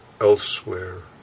elsewhere